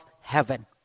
heaven